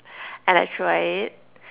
and I try it